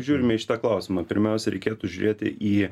žiūrime į šitą klausimą pirmiausiai reikėtų žiūrėti į